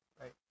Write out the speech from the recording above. right